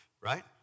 right